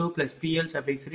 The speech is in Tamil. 0040